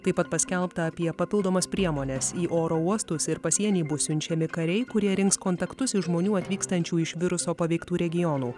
taip pat paskelbta apie papildomas priemones į oro uostuos ir pasienį bus siunčiami kariai kurie rinks kontaktus iš žmonių atvykstančių iš viruso paveiktų regionų